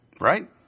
Right